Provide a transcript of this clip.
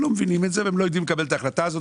לא מבינים את זה והם לא יודעים לקבל את ההחלטה הזאת.